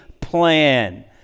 plan